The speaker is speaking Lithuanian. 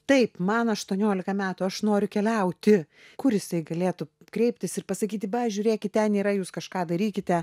taip man aštuoniolika metų aš noriu keliauti kur jisai galėtų kreiptis ir pasakyti va žiūrėkit ten yra jūs kažką darykite